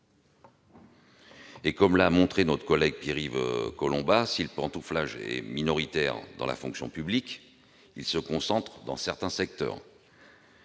Comme l'a montré notre collègue Pierre-Yves Collombat, si le pantouflage est minoritaire dans la fonction publique, il se concentre dans certains secteurs.